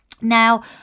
Now